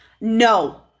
No